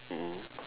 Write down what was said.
mm mm